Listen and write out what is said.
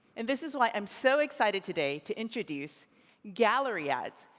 and this is why i'm so excited today to introduce gallery ads,